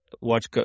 watch